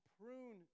prune